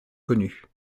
connu